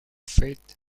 faith